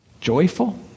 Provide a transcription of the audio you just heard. Joyful